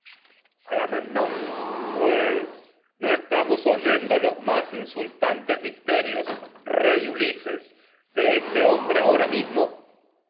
este ilustre cadáver estamos oyendo los más no in dicterios rey ulises de este hombre ahora mismo